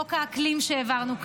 חוק האקלים, שהעברנו כאן,